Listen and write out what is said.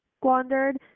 squandered